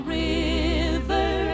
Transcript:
river